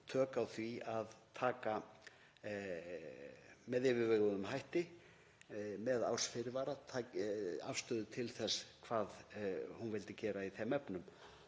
tök á því að taka með yfirveguðum hætti, með árs fyrirvara, afstöðu til þess hvað hún vildi gera í þeim efnum.